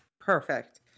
Perfect